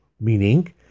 Meaning